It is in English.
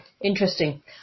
Interesting